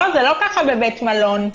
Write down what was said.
זה לא ככה בבית מלון.